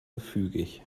gefügig